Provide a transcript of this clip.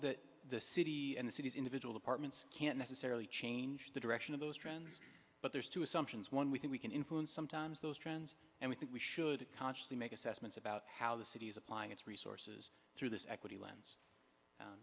that the city and the city's individual departments can't necessarily change the direction of those trends but there's two assumptions one we think we can influence sometimes those trends and we think we should consciously make assessments about how the city is applying its resources through this equity l